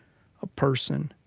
a person.